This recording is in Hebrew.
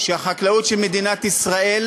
שהחקלאות של מדינת ישראל,